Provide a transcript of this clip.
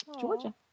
Georgia